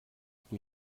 habe